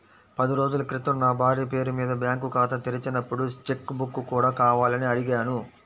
పది రోజుల క్రితం నా భార్య పేరు మీద బ్యాంకు ఖాతా తెరిచినప్పుడు చెక్ బుక్ కూడా కావాలని అడిగాను